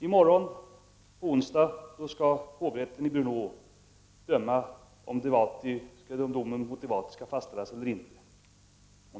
I morgon, på onsdag, skall hovrätten i Brno avgöra om domen mot Devåty skall fastställas eller inte.